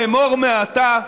אמור מעתה: